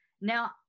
Now